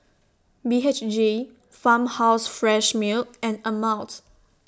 B H G Farmhouse Fresh Milk and Ameltz